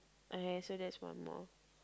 okay so that's one more